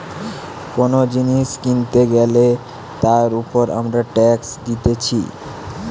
কোন জিনিস কিনতে গ্যালে তার উপর আমরা ট্যাক্স দিতেছি